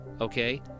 okay